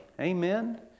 Amen